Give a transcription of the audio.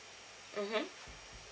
mmhmm